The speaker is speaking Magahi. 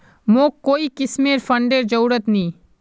मोक कोई किस्मेर फंडेर जरूरत नी